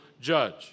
judge